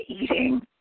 eating